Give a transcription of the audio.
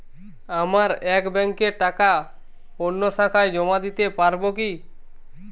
আমার এক ব্যাঙ্কের টাকা অন্য শাখায় জমা দিতে পারব কি?